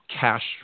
cash